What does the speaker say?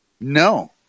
No